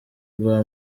rwa